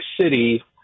city